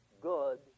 good